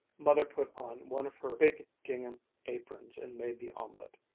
mother put on one of her big gingham aprons and made the omelet,